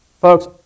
folks